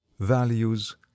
Values